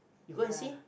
you go and see